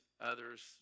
others